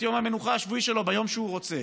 יום המנוחה השבועי שלו ביום שהוא רוצה.